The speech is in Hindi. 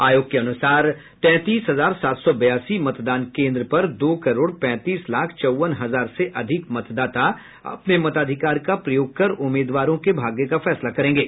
आयोग के अनुसार तैंतीस हजार सात सौ बयासी मतदान केंद्र पर दो करोड़ पैंतीस लाख चौवन हजार से अधिक मतदाता अपने मताधिकार का प्रयोग कर उम्मीदवारों के भाग्य का फैसला करेंगे